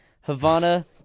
Havana